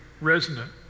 resonant